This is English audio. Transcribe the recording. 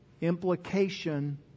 implication